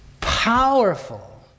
powerful